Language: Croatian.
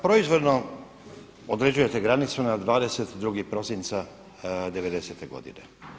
Proizvoljno određujete granicu na 22. prosinca '90. godine.